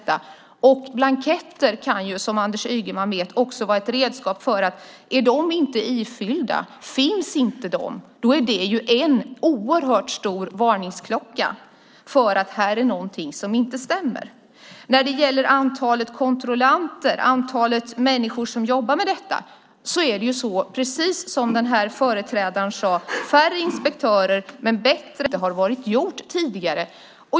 Blanketter kan, som Anders Ygeman vet, vara ett redskap. Om de inte är ifyllda, om de inte finns, är det en varningsklocka för att det är något som inte stämmer. När det gäller antalet kontrollanter, människor som jobbar med detta, är det som företrädaren sade, färre inspektörer som är bättre på sitt jobb så att missförhållanden upptäcks tidigt och anmäls. Därmed gör man det jobb som inte har varit gjort tidigare.